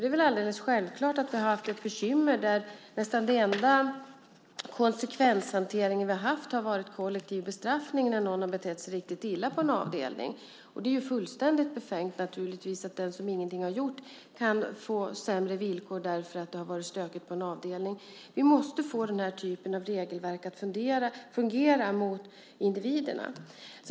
Det är alldeles självklart att vi haft bekymmer med att den nästan enda konsekvenshanteringen varit kollektiv bestraffning när någon på en avdelning betett sig riktigt illa. Det är naturligtvis fullständigt befängt att den som ingenting gjort kan få sämre villkor för att det varit stökigt på en avdelning. Vi måste få den typen av regelverk att fungera gentemot individerna.